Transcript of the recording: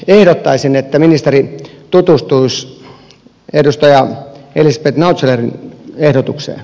ylä tai sen että ministeri todd ostos edustaja ylisti naiseen verotukseen